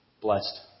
blessed